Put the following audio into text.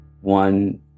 One